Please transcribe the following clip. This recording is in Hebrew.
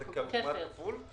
זה כמעט כפול.